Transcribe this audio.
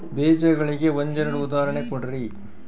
ಬೇಜಗಳಿಗೆ ಒಂದೆರಡು ಉದಾಹರಣೆ ಕೊಡ್ರಿ?